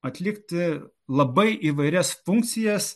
atlikti labai įvairias funkcijas